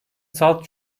salt